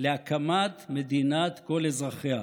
להקמת מדינת כל אזרחיה.